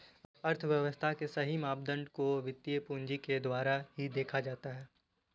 अर्थव्यव्स्था के सही मापदंड को वित्तीय पूंजी के द्वारा ही देखा जाता है